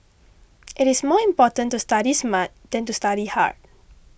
it is more important to study smart than to study hard